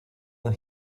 than